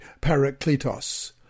parakletos